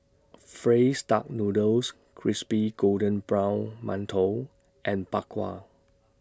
Duck Noodles Crispy Golden Brown mantou and Bak Kwa